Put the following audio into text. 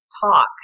talk